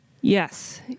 Yes